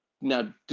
Now